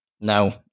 no